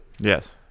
Yes